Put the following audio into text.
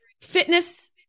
fitness